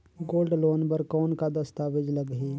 Gold loan बर कौन का दस्तावेज लगही?